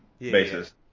basis